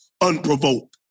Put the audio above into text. unprovoked